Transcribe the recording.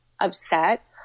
upset